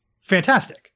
fantastic